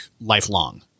lifelong